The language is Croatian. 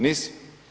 Nisi?